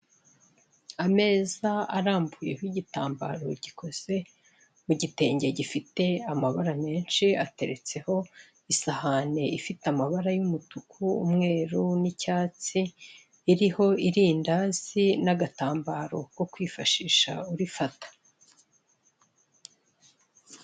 ameza aramuyeho igitambaro kidoze mu gitenge gifite amabara menshi ateretseho isahani ifite amabara y'umutuku, icyatsi, n'umweru iriho irindazi n'agatambaro ko kwifashisha urifata.